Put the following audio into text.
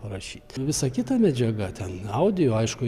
parašyt visa kita medžiaga ten audio aišku